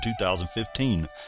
2015